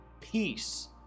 peace